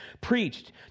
preached